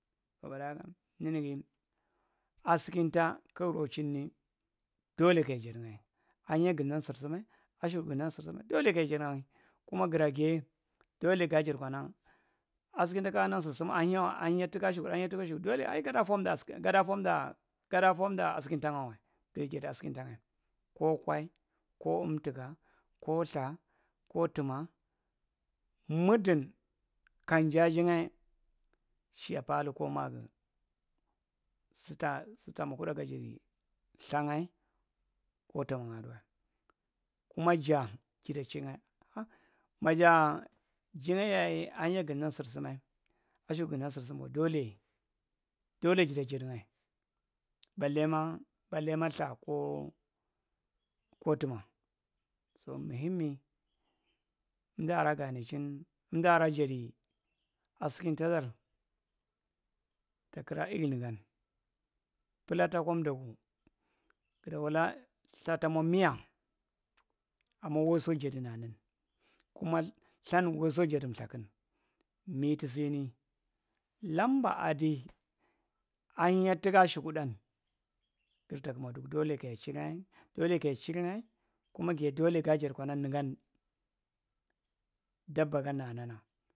Makana ninigi asikikin gkigi rocht sir- sima askugudu nginan sir- sima dole kaja jiddinguya kuma gira giye ɗole ghuajadi kana, asikinta kiga’a nan sir- sima ahinna alimnya daga askukudwa tuga ashukudwa ɗole ai ga ɗa fonda fada fomda asikintanga wa dayi jiddi asikintangha ko kwa, ko umtika ko ltha, ko tuna. Mudin kam ja’ajingya kudu gasiddii lthangwa ko tuna ngha asuwae. Kuma ja jada chengya maja’a jingye yaye ahinmya ginan sir- simkwa ɗole ja ɗa ja ɗ ɗingya ballema batlena ltha ko tumma. So muhhunmi umdiara gana chin undu’ara javvi aasikintaɗar takira airi nigan. Pulata akwa ɗogu guɗa wula ltha tammwa miya amma waiso jaɗi nanin, kuma lthan waiso jadi lthakan mitasina lamba adi ahinnya tuku mitusina lamba adi ahinnya tuku ashuku dan girta kuma dugu ɗole kaya chiri’nya ɗole kaya chiringya kuma giye ɗole ga jadi kana niga ɗabba gam nanada.